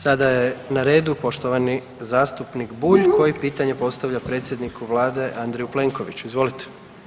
Sada je na redu poštovani zastupnik Bulj, koji pitanje postavlja predsjedniku vlade Andreju Plenkoviću, izvolite.